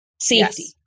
safety